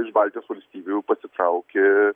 iš baltijos valstybių pasitraukė